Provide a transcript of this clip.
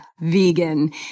vegan